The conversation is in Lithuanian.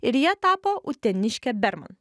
ir ja tapo uteniškė berman